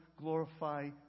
glorify